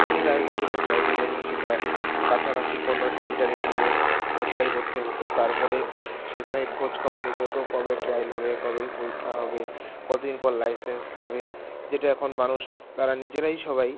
এবং যেটা আগেকার দিনে ড্রাইভিং লাইসেন্স সেটা কাছাকাছি কোনো সেন্টারে গিয়ে অ্যাপ্লাই করতে হতো তারপরে সেখানে খোঁজ খবর নিতে হতো কবে ট্রায়াল হবে কবে এই পরীক্ষা হবে কত দিন পর লাইসেন্স পাবে যেটা এখন মানুষ তারা নিজেরাই সবাই